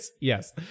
Yes